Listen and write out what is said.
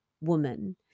woman